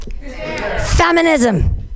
Feminism